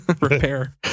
Repair